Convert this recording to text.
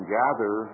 gather